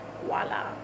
voila